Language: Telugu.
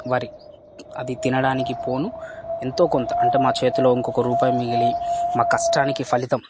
వరి అది తినడానికి పోను ఎంతో కొంత అంటే మా చేతిలో ఇంకొక రూపాయి మిగిలిన మా కష్టానికి ఫలితం